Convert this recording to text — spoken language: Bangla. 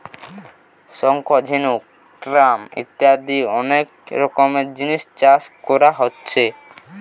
শঙ্খ, ঝিনুক, ক্ল্যাম ইত্যাদি অনেক রকমের জিনিস চাষ কোরা হচ্ছে